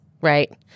right